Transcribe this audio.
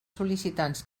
sol·licitants